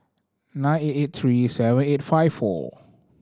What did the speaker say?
nine eight eight three seven eight five four